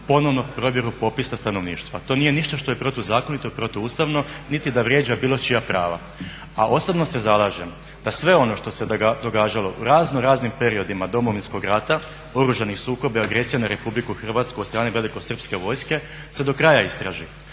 ponovno provjeru popisa stanovništva. To nije ništa što je protuzakonito i protuustavno niti da vrijeđa bilo čija prava. A osobno se zalažem da sve ono što se događalo u raznoraznim periodima Domovinskog rata, oružanih sukoba i agresije na RH od strane velikosrpske vojske se do kraja istraži.